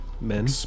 Men